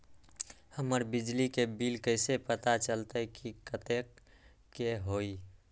हमर बिजली के बिल कैसे पता चलतै की कतेइक के होई?